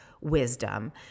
wisdom